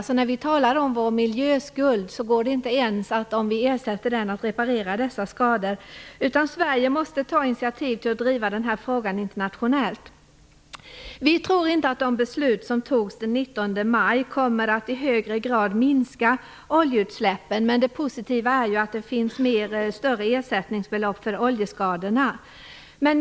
Även om vi ersätter vår miljöskuld, går det inte att reparera skadorna. Sverige måste därför ta initiativ till att driva denna fråga internationellt. Vi tror inte att de beslut som fattades den 19 maj kommer att minska oljeutsläppen i högre grad, men det positiva är att ersättningsbeloppen för oljeskadorna blir större.